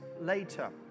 later